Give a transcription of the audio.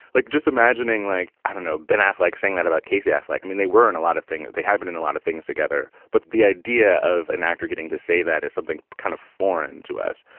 like just imagining, like, i don't know ben affleck saying that about casey affleck. i mean, they were in a lot of thing. they haven't in a lot of things together. but the idea of an actor getting to say that is something kind of foreign to us.